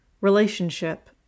relationship